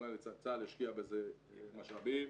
וצה"ל ישקיע בזה משאבים,